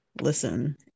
listen